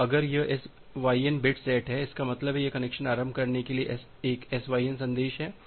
तो अगर यह SYN बिट सेट है इसका मतलब है यह कनेक्शन आरम्भ के लिए एक SYN संदेश है